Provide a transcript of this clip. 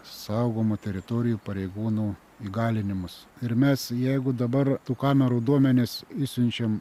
saugomų teritorijų pareigūnų įgalinimus ir mes jeigu dabar tų kamerų duomenis išsiunčiam